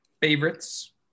favorites